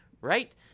right